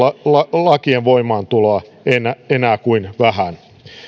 lakien voimaantuloa enää enää kuin vähän